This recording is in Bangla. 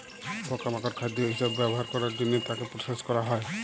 পকা মাকড় খাদ্য হিসবে ব্যবহার ক্যরের জনহে তাকে প্রসেস ক্যরা হ্যয়ে হয়